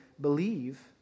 believe